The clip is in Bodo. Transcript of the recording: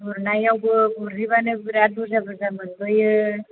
गुरनायावबो गुरहैबानो बिराथ बुरजा बुरजा मोनबोयो